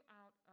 out